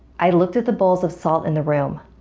i looked at the bowls of salt in the room.